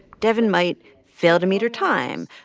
devyn might fail to meet her time.